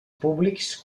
públics